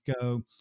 go